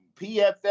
PFF